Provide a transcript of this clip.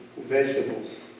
vegetables